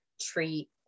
treat